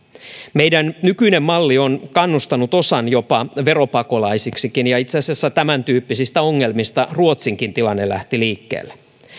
meidän nykyinen mallimme on kannustanut osan jopa veropakolaisiksikin ja itse asiassa tämäntyyppisistä ongelmista ruotsinkin tilanne lähti liikkeelle